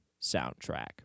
soundtrack